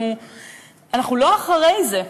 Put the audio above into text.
אנחנו לא אחרי זה.